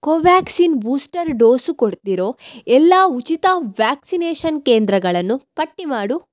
Covaxin booster dose ಕೊಡ್ತಿರೋ ಎಲ್ಲ ಉಚಿತ ವ್ಯಾಕ್ಸಿನೇಷನ್ ಕೇಂದ್ರಗಳನ್ನು ಪಟ್ಟಿ ಮಾಡು